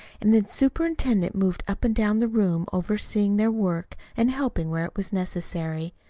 and the superintendent moved up and down the room overseeing their work, and helping where it was necessary.